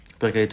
perché